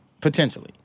potentially